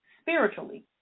spiritually